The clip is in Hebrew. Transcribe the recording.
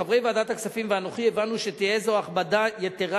חברי ועדת הכספים ואנוכי הבנו שתהיה זו הכבדה יתירה